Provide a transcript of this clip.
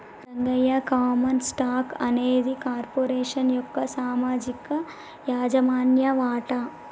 Rangayya common stock అనేది corporation యొక్క పామనిక యాజమాన్య వాట